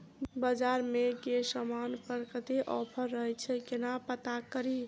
बजार मे केँ समान पर कत्ते ऑफर रहय छै केना पत्ता कड़ी?